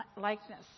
likeness